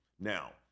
Now